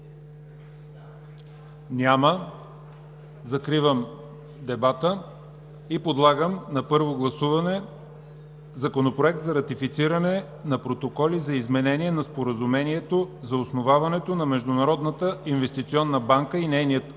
Няма. Закривам дебата и подлагам на първо гласуване Законопроект за ратифициране на Протоколи за изменение на Споразумението за основаването на Международната инвестиционна банка и нейния устав